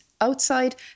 outside